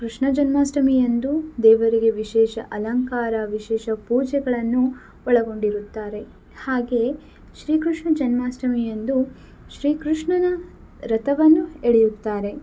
ಕೃಷ್ಣ ಜನ್ಮಾಷ್ಟಮಿಯಂದು ದೇವರಿಗೆ ವಿಶೇಷ ಅಲಂಕಾರ ವಿಶೇಷ ಪೂಜೆಗಳನ್ನು ಒಳಗೊಂಡಿರುತ್ತಾರೆ ಹಾಗೆ ಶ್ರೀಕೃಷ್ಣ ಜನ್ಮಾಷ್ಟಮಿಯಂದು ಶ್ರೀಕೃಷ್ಣನ ರಥವನ್ನು ಎಳೆಯುತ್ತಾರೆ